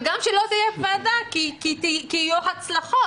שגם לא תהיה ועדה כי יהיו הצלחות.